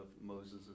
Moses